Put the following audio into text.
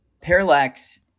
Parallax